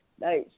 Nice